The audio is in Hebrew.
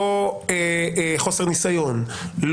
לא חוסר ניסיון,